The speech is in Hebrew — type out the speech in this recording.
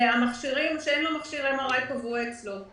ואין לו מכשיר MRI קבוע אצלו.